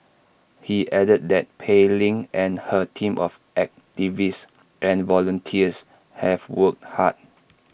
he added that Pei Ling and her team of activists and volunteers have worked hard